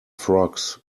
frogs